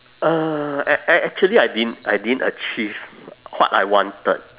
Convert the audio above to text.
uh act~ act~ actually I didn't I didn't achieve what I wanted